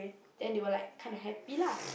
then they were like kinda happy lah